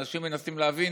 אנשים מנסים להבין